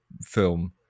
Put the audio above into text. film